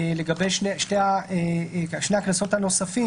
לגבי שני הקנסות הנוספים,